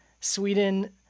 Sweden